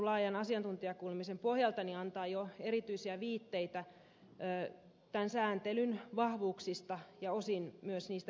laajan asiantuntijakuulemisen pohjalta saadut näkemykset antavat jo erityisiä viitteitä sääntelyn vahvuuksista ja osin myös niistä heikkouksista